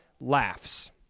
laughs